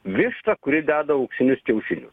vištą kuri deda auksinius kiaušinius